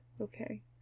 okay